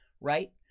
right